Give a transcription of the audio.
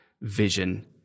vision